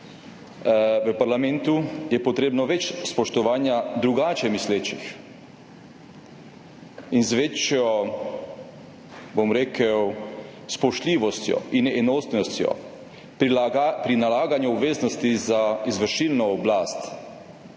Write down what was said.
v parlamentu, potrebno več spoštovanja drugače mislečih in več spoštljivosti in enotnosti pri nalaganju obveznosti za izvršilno oblast,